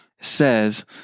says